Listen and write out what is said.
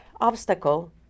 obstacle